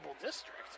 district